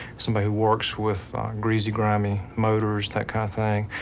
somebody who works with greasy, grimy motors, that kind of thing.